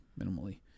minimally